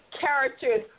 characters